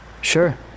Sure